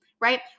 right